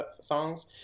songs